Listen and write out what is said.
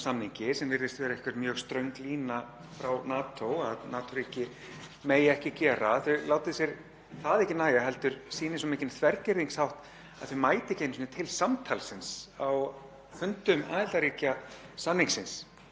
einu sinni til samtalsins á fundum aðildarríkja samningsins eins og aðalritari Sameinuðu þjóðanna hvetur öll ríki til að gera. Hvort sem þau ætla að vera aðilar að þessum nýja samningi eða ekki